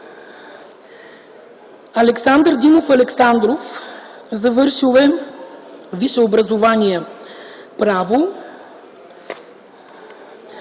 Александър Димов Александров е завършил висше образование „Право”.